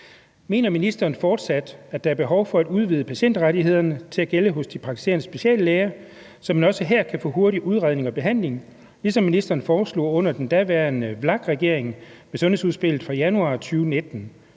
Mener ministeren fortsat, at der er behov for at udvide patientrettighederne til at gælde hos de praktiserende speciallæger, så man også her kan få hurtig udredning og behandling, ligesom ministeren foreslog under den daværende VLAK-regering med sundhedsudspillet fra januar 2019,